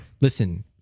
listen